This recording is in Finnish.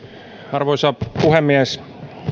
arvoisa puhemies